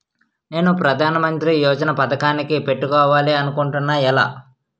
నేను ప్రధానమంత్రి యోజన పథకానికి పెట్టుకోవాలి అనుకుంటున్నా ఎలా?